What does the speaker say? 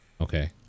Okay